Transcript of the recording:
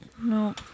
No